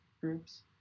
groups